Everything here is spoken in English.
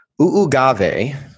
Uugave